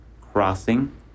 Crossing